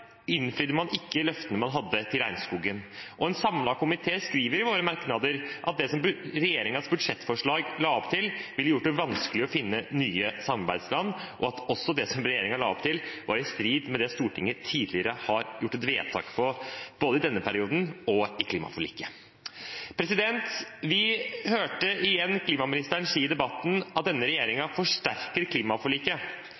innfridde man ikke løftene man hadde til regnskogen. En samlet komité skriver i sine merknader at det som regjeringens budsjettforslag la opp til, ville gjort det «vanskelig å finne nye samarbeidsland», og at også det som regjeringen la opp til, var i strid med det Stortinget tidligere har gjort et vedtak om, både i denne perioden og i klimaforliket. Vi hørte igjen klimaministeren si i debatten at denne